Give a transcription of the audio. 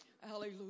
Hallelujah